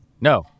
no